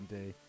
day